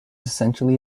essentially